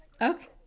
Okay